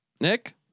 Nick